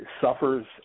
suffers